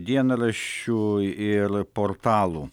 iš dienraščių ir portalų